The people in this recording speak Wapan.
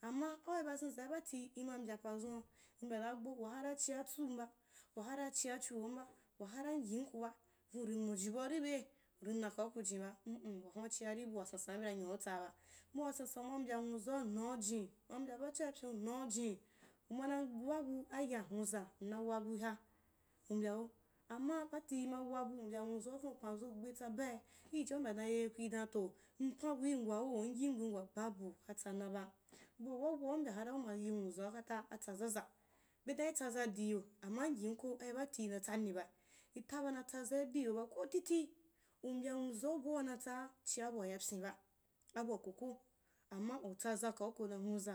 amma ai bazen zai bati lma mbya pazun lmbyara gbu wahara chia tsumba, wahara m yinkuba, yin uri mujibau ki bei, uri na kau ku jinba, mm wahuu’a chiari bua san san’a bena nyautsaaba bua sansan uma mbya nwauzau naujin, uma mbya bachoa lpyiu’u naujin, una wabu aya nwuza naa wabuiha, u mbya ho, amma bati imawabu u mbya nwauzau viu upanzo gbetsabai, ljijia u mbya daa ehh kui dan eh toh mpan bui wa hua m yiuwa, babu katsanaba, bua wawau mbya hara uma yi nnwuzau kata atsa zaza, bedan itsaza diiyo, amman yimko ai bati ina tsanniba, itaba na tsazai diiyoba kotiti, u mbya koko amma utzaza kauka ba uwuza